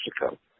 Mexico